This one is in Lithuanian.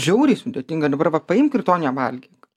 žiauriai sudėtinga dabar va paimk ir to nevalgyk